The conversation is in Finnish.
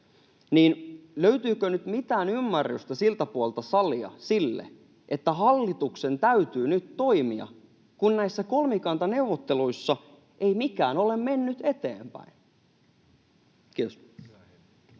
Löytyykö nyt mitään ymmärrystä siltä puolelta salia sille, että hallituksen täytyy nyt toimia, kun näissä kolmikantaneuvotteluissa ei mikään ole mennyt eteenpäin? — Kiitos.